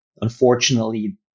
unfortunately